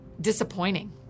disappointing